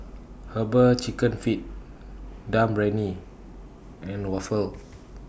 Herbal Chicken Feet Dum and Waffle